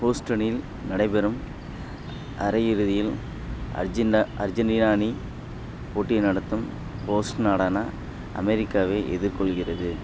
ஹூஸ்டனில் நடைபெறும் அரையிறுதியில் அர்ஜென்டா அர்ஜென்டினா அணி போட்டியை நடத்தும் ஹோஸ்ட் நாடான அமெரிக்காவை எதிர்கொள்கிறது